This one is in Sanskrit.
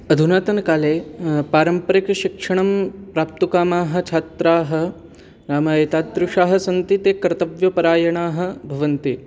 अधुनातनकाले पारम्परिकशिक्षणं प्राप्तुकामाः छात्राः नाम एतादृशाः सन्ति ते कर्तव्यपरायणाः भवन्ति